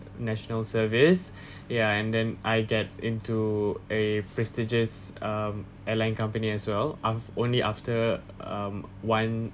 national service ya and then I get into a prestigious um airline company as well af~ only after um one